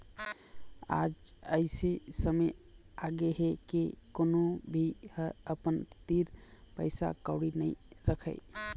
आज अइसे समे आगे हे के कोनो भी ह अपन तीर पइसा कउड़ी नइ राखय